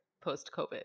post-COVID